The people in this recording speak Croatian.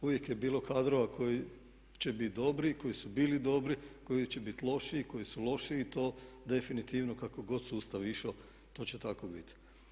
Uvijek je bilo kadrova koji će biti dobri, koji su bili dobri, koji će biti lošiji, koji su lošiji i to definitivno kako god sustav išao to će tako biti.